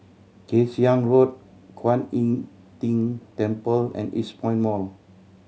Kay Siang Road Kuan Im Tng Temple and Eastpoint Mall